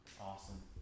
Awesome